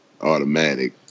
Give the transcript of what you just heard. automatic